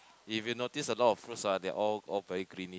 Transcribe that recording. if you notice a lot of fruits ah they are all all very greeny